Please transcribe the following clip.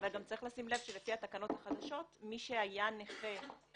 אבל צריך לשים לב שלפי התקנות החדשות מי שהיה נכה